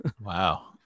wow